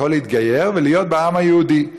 יכול להתגייר ולהיות בעם היהודי.